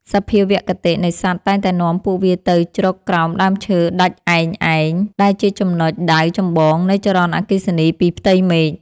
សភាវគតិនៃសត្វតែងតែនាំពួកវាទៅជ្រកក្រោមដើមឈើដាច់ឯកឯងដែលជាចំណុចដៅចម្បងនៃចរន្តអគ្គិសនីពីផ្ទៃមេឃ។